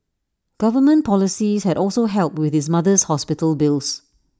government policies had also helped with his mother's hospital bills